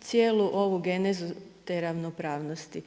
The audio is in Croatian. cijelu ovu genezu te ravnopravnosti